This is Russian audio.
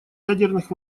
ядерных